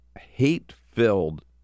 hate-filled